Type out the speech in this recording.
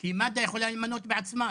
כי מד"א יכולה למנות בעצמה,